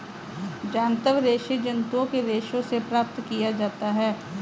जांतव रेशे जंतुओं के रेशों से प्राप्त किया जाता है